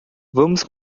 vamos